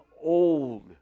old